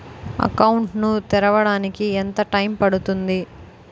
Account ను తెరవడానికి ఎంత టైమ్ పడుతుంది?